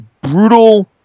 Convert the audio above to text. brutal